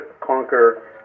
conquer